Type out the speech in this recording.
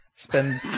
Spend